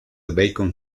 beacon